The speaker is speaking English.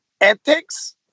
ethics